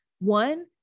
One